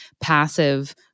passive